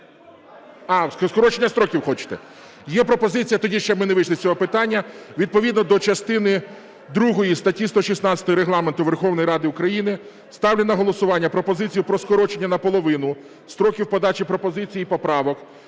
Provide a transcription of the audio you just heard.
ми… Скорочення строків хочете? Є пропозиція тоді, ми ще не вийшли з цього питання, відповідно до частини другої статті 116 Регламенту Верховної Ради України ставлю на голосування пропозицію про скорочення наполовину строків подачі пропозицій і поправок